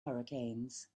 hurricanes